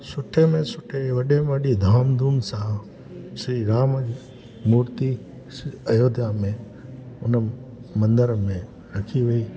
सुठे में सुठे वॾे में वॾी धाम धूम सां श्री राम मूर्ति अयोध्या में हुन मंदर में रखी वेई